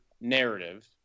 narrative